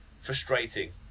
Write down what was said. frustrating